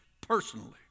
personally